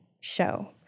show